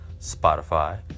Spotify